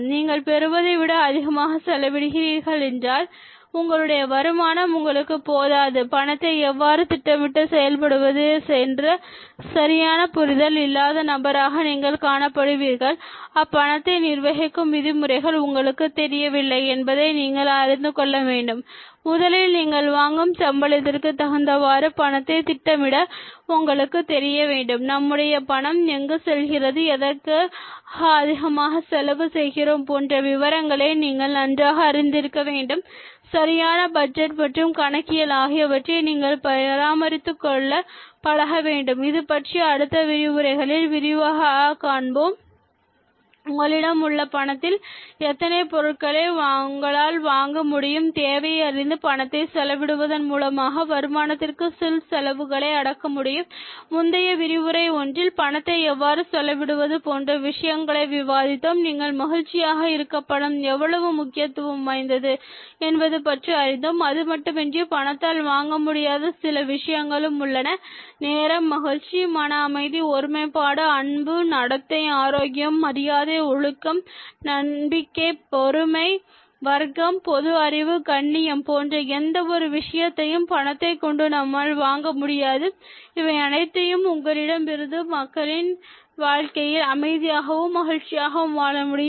நீங்கள் பெறுவதை விட அதிகமாக செலவிடுகிறீர்கள் என்றால் உங்களுடைய வருமானம் உங்களுக்கு போதாது பணத்தை எவ்வாறு திட்டமிட்டு செயல்படுவது என்ற சரியான புரிதல் இல்லாத நபராக நீங்கள் காணப்படுவீர்கள் பணத்தை நிர்வகிக்கும் விதிமுறைகள் உங்களுக்கு தெரியவில்லை என்பதை நீங்கள் அறிந்துகொள்ள வேண்டும் முதலில் நீங்கள் வாங்கும் சம்பளத்திற்கு தகுந்தவாறு பணத்தை திட்டமிட உங்களுக்கு தெரிய வேண்டும் நம்முடைய பணம் எங்கு செல்கிறது எதற்காக அதிகமாக செலவு செய்கிறோம் போன்ற விவரங்களை நீங்கள் நன்றாக அறிந்து இருக்க வேண்டும் சரியான பட்ஜெட் மற்றும் கணக்கியல் ஆகியவற்றை நீங்கள் பராமரித்துக் கொள்ள பழக வேண்டும் இதைப்பற்றிய அடுத்த விரிவுரையில் விரிவாக அறிந்துகொள்வோம் உங்களிடம்உள்ளபணத்தில் எத்தனை பொருட்களை உங்களால் வாங்க முடியும் தேவையை அறிந்து பணத்தை செலவிடுவதன் மூலமாக வருமானத்திற்கு செலவுகளை அடக்க முடியும் முந்தைய விரிவுரை ஒன்றில் பணத்தை எவ்வாறு செலவிடுவது போன்ற விஷயங்களை விவாதித்தோம் நீங்கள் மகிழ்ச்சியாக இருக்க பணம் எவ்வளவு முக்கியத்துவம் வாய்ந்தது என்பது பற்றி அறிந்தோம் அதுமட்டுமின்றி பணத்தால் வாங்க முடியாத சில விஷயங்களும் உள்ளன நேரம் மகிழ்ச்சி மன அமைதி ஒருமைப்பாடு அன்பு நடத்தை ஆரோக்கியம் மரியாதை ஒழுக்கம் நம்பிக்கை பொறுமை வர்க்கம் பொதுஅறிவு கண்ணியம் போன்ற எந்த ஒரு விஷயத்தையும் பணத்தைக் கொண்டு நம்மால் வாங்க இயலாது இவை அனைத்தும் உங்களிடம் இருந்தால் உங்களின் வாழ்க்கையில் அமைதியாகவும் மகிழ்ச்சியாகவும் வாழ முடியும்